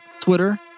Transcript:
Twitter